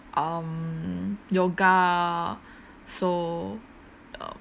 um yoga so uh